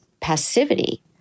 passivity